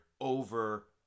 over